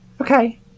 Okay